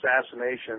assassination